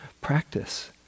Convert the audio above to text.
practice